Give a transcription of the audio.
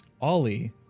Ollie